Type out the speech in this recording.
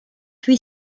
huit